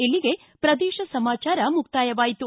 ಇಲ್ಲಿಗೆ ಪ್ರದೇಶ ಸಮಾಚಾರ ಮುಕ್ತಾಯವಾಯಿತು